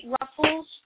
ruffles